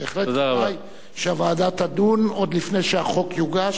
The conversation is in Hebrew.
בהחלט כדאי שהוועדה תדון עוד לפני שהחוק יוגש.